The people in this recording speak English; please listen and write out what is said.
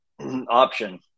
option